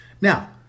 Now